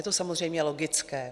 A je to samozřejmě logické.